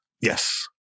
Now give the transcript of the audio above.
Yes